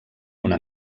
una